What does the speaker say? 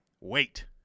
Wait